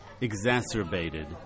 exacerbated